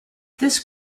this